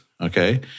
Okay